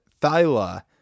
Thyla